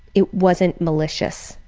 it wasn't malicious,